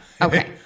Okay